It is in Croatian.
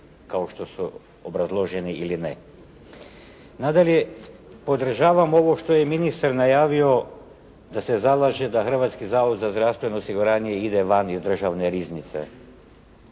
kao što su obrazloženi ili ne. Nadalje, podržavam ovo što je ministar najavio da se zalaže da Hrvatski zavod za zdravstveno osiguranje ide van iz državne riznice,